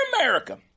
america